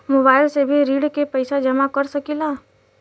Mobile से भी ऋण के पैसा जमा कर सकी ला?